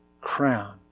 crown